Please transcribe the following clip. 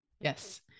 Yes